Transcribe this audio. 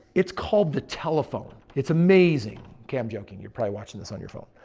it's called the telephone. it's amazing. okay, i'm joking. you're probably watching this on your phone.